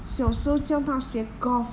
小时候教她学 golf